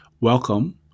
Welcome